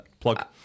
Plug